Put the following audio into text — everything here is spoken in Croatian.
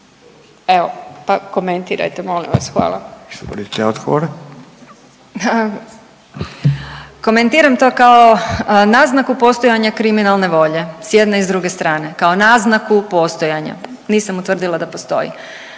s imenom i prezimenom)** Komentiram to kao naznaku postojanja kriminalne volje s jedne i s druge strane kao naznaku postojanja, nisam utvrdila da postoji.